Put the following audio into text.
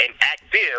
active